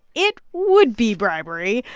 it would be bribery.